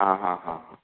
आं हां हां हां